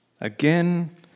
again